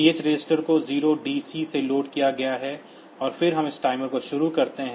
TH register को 0 DC से load किया गया है और फिर हम टाइमर शुरू करते हैं